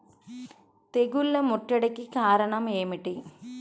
తెగుళ్ల ముట్టడికి కారణం ఏమిటి?